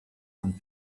and